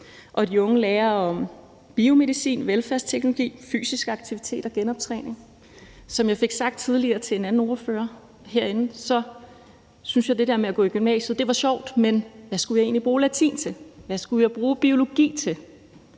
og de unge lærer om biomedicin, velfærdsteknologi, fysisk aktivitet og genoptræning. Som jeg fik sagt tidligere til en anden ordfører, syntes jeg, at det med at gå i gymnasiet var sjovt, men hvad skulle jeg egentlig bruge latin til, hvad skulle jeg bruge biologi til,